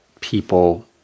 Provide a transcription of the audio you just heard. people